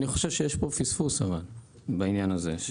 אני חושב שיש פה פספוס בעניין הזה.